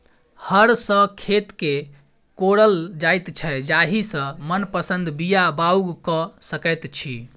हर सॅ खेत के कोड़ल जाइत छै जाहि सॅ मनपसंद बीया बाउग क सकैत छी